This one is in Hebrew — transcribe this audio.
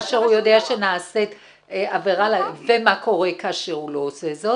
כאשר הוא יודע שנעשית עבירה ומה קורה כאשר הוא לא עושה זאת?